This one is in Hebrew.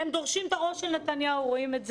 הם דורשים את הראש של נתניהו, רואים את זה.